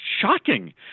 shocking